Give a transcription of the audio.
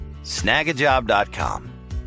snagajob.com